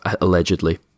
allegedly